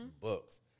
books